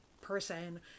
person